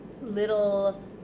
Little